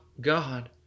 God